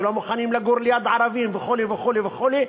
שלא מוכנים לגור ליד ערבים וכו' וכו' וכו';